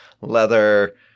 leather